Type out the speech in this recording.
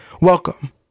welcome